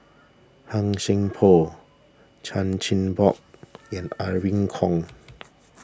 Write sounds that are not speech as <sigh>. Han Sai Por Chan Chin Bock and <noise> Irene Khong